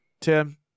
Tim